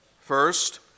First